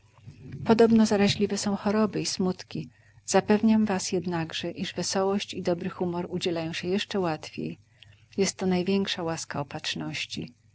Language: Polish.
podobno zaraźliwe są choroby i smutki zapewniam was jednakże iż wesołość i dobry humor udzielają się jeszcze łatwiej jest to największa łaska opatrzności